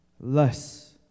less